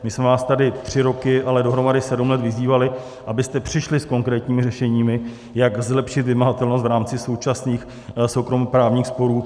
My jsme vás tady tři roky, ale dohromady sedm let vyzývali, abyste přišli s konkrétními řešeními, jak zlepšit vymahatelnost v rámci současných soukromoprávních sporů.